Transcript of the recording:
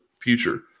future